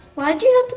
why do